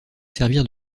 servir